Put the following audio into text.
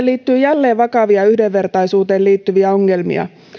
liittyy jälleen vakavia yhdenvertaisuuteen liittyviä ongelmia